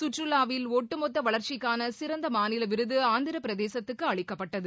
சுற்றுவாவில் ஒட்டுமொத்த வளர்ச்சிக்கான சிறந்த மாநில விருது ஆந்திர பிரதேசத்துக்கு அளிக்கப்பட்டது